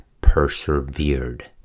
persevered